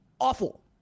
awful